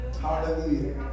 Hallelujah